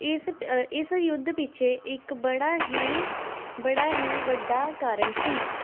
ਇਸ ਇਸ ਯੁੱਧ ਪਿੱਛੇ ਇੱਕ ਬੜਾ ਹੀ ਬੜਾ ਹੀ ਵੱਡਾ ਕਾਰਨ ਸੀ